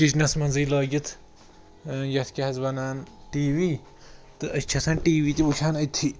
کِچنَس منٛزٕے لٲگِتھ یَتھ کیٛاہ حظ وَنان ٹی وی تہٕ أسۍ چھِ آسان ٹی وی تہِ وُچھان أتھی